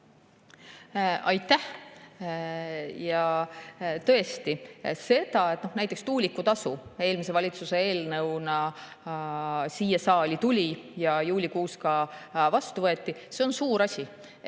Aitäh! Tõesti see, et näiteks tuulikutasu eelmise valitsuse eelnõuna siia saali tuli ja see juulikuus vastu võeti, on suur asi.